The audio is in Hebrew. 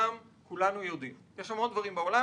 כולנו יודעים שיש עוד דברים בעולם,